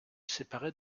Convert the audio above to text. séparer